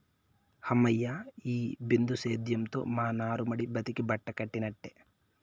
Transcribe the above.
హమ్మయ్య, ఈ బిందు సేద్యంతో మా నారుమడి బతికి బట్టకట్టినట్టే